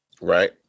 Right